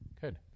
Good